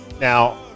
Now